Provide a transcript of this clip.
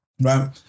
right